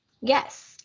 Yes